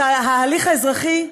ההליך האזרחי,